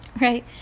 Right